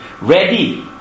ready